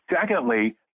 Secondly